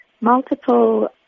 multiple